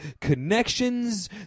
connections